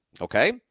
Okay